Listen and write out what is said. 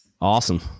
Awesome